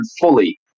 fully